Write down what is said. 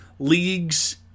Leagues